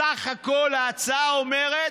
בסך הכול ההצעה אומרת: